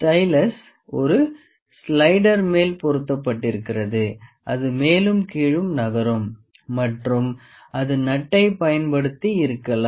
stylus ஒரு slider மேல் பொருத்தப்பட்டிருக்கிறது அது மேலும் கீழும் நகரும் மற்றும் அது நட்டை பயன்படுத்தி இறுக்கலாம்